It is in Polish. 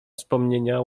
wspomnienia